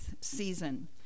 season